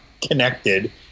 connected